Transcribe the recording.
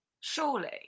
surely